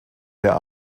der